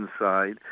inside